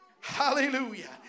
hallelujah